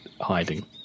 hiding